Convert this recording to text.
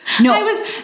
No